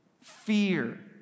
fear